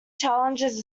challenges